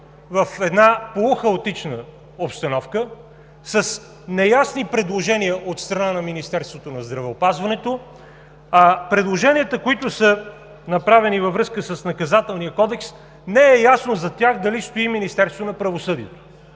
в една полухаотична обстановка с неясни предложения от страна на Министерството на здравеопазването. Предложенията, които са направени във връзка с Наказателния кодекс, не е ясно зад тях дали стои Министерството на правосъдието.